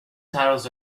titles